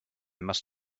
must